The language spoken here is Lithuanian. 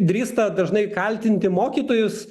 drįsta dažnai kaltinti mokytojus